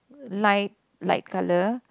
like light color